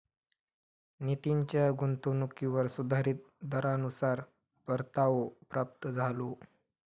नितीनच्या गुंतवणुकीवर सुधारीत दरानुसार परतावो प्राप्त झालो